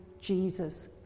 Jesus